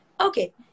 okay